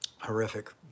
horrific